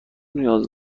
نیاز